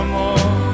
more